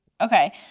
okay